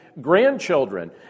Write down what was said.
grandchildren